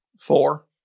Four